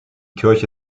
kirche